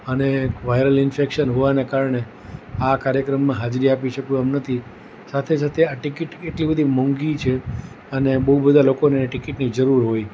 અને viral infection હોવાના કારણે આ કાર્યક્રમમાં હાજરી આપી શકું એમ નથી સાથે સાથે આ ટિકિટ એટલી બધી મોંધી છે અને બહુ બધા લોકોને ટિકિટની જરૂર હોય